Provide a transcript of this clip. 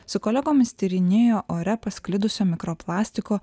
su kolegomis tyrinėjo ore pasklidusio mikroplastiko